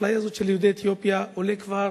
האפליה הזאת של יהודי אתיופיה עולה כבר